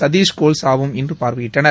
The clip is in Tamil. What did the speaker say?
சதீஷ் கோல்சாவும் இன்று பார்வையிட்டனர்